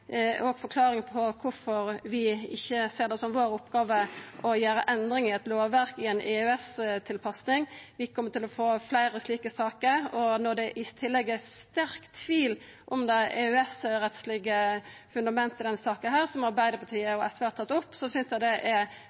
på kvifor vi ikkje ser det som oppgåva vår å gjera endringar i eit lovverk i ei EØS-tilpassing. Vi kjem til å få fleire slike saker. Når det i tillegg er sterk tvil om det EØS-rettslege fundamentet i denne saka, noko som Arbeidarpartiet og SV har teke opp, synest eg det er problematisk for dei partia som stemmer for dette, og vi er